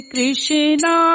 Krishna